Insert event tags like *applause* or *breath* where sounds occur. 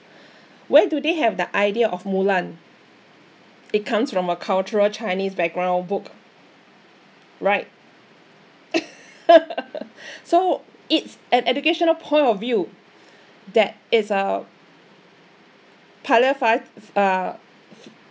where do they have the idea of mulan it comes from a cultural chinese background book right *laughs* so it's an educational point of view *breath* that is uh pilot five uh